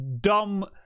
dumb